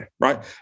right